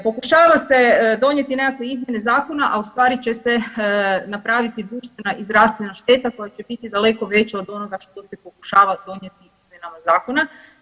Pokušavala se donijeti nekakve izmjene zakona, a ustvari će se napraviti društvena i zdravstvena šteta koja će biti daleko veća od onoga što se pokušava donijeti izmjenama zakona.